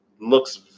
looks